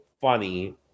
funny